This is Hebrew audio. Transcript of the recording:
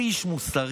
זה איש מוסרי?